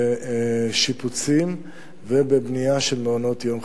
בשיפוצים ובבנייה של מעונות-יום חדשים,